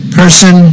person